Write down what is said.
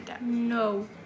No